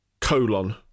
colon